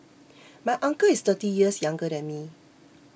my uncle is thirty years younger than me